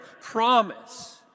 promise